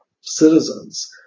citizens